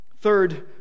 Third